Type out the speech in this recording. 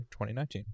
2019